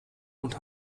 und